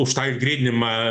už tą išgryninimą